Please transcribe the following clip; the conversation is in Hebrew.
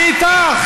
אני איתך.